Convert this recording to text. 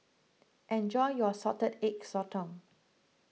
enjoy your Salted Egg Sotong